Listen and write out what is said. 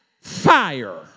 fire